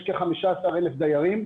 יש כ-15,000 דיירים.